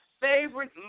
favorite